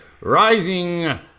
rising